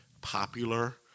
popular